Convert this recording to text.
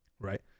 Right